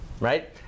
right